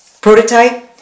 prototype